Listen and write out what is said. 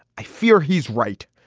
i fear he's right.